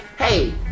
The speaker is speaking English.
hey